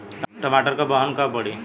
टमाटर क बहन कब पड़ी?